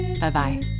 bye-bye